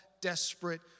desperate